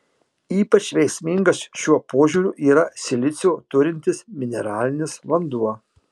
ypač veiksmingas šiuo požiūriu yra silicio turintis mineralinis vanduo